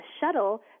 shuttle